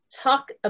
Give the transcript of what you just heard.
talk